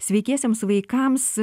sveikiesiems vaikams